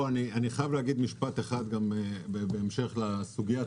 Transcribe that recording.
אני חייב להגיד משפט אחד בהמשך לסוגיית